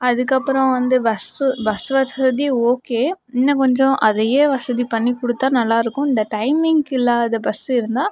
அதுக்கப்புறம் வந்து bus bus வசதி ஓகே இன்னும் கொஞ்சம் அதையே வசதிப்பண்ணி கொடுத்தால் நல்லாயிருக்கும் இந்த டைமிங்க்கு இல்லாத பஸ் இருந்தால்